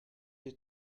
you